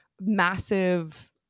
massive